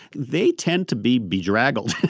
they tend to be bedraggled.